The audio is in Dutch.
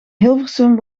hilversum